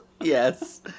Yes